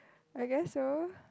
I guess so